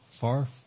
Far